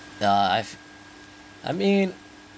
uh I've I mean